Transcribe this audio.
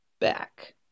Back